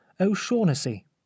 O'Shaughnessy